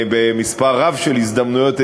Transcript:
במספר רב של הזדמנויות,